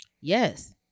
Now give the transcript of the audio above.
Yes